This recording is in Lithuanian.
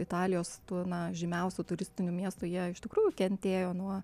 italijos tų na žymiausių turistinių miestų jie iš tikrųjų kentėjo nuo